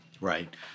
right